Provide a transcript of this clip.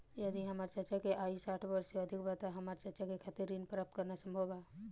यदि हमार चाचा के आयु साठ वर्ष से अधिक बा त का हमार चाचा के खातिर ऋण प्राप्त करना संभव बा?